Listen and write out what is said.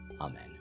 Amen